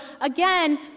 again